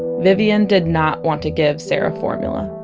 vivian did not want to give sarah formula.